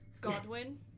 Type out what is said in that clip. Godwin